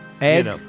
egg